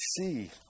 see